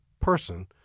person